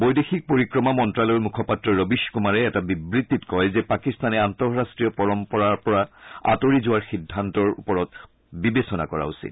বৈদেশিক পৰিক্ৰমা মন্তালয়ৰ মুখপাত্ৰ ৰবিছ কুমাৰে এটা বিবৃত্তিত কয় যে পাকিস্তানে আন্তঃৰাষ্টীয় পৰম্পৰাৰপৰা আঁতৰি যোৱা সিদ্ধান্তৰ ওপৰত বিবেচনা কৰা উচিত